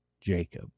Jacob